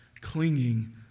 clinging